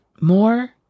more